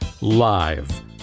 live